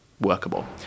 workable